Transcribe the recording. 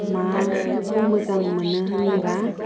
माखौ मोजां मोनो होनब्ला